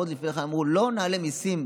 ועוד לפני כן אמרו: לא נעלה מיסים.